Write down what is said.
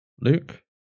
Luke